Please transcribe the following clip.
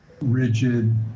rigid